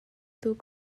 duh